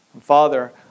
Father